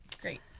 Great